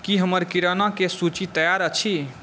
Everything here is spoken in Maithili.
की हमर किरानाके सूची तैयार अछि